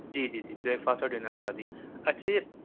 جی جی جی breakfast اور ڈنر کرا دیجیے اچھا یہ